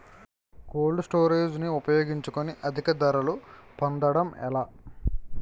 Cold storage ని ఉపయోగించుకొని అధిక ధరలు పొందడం ఎలా?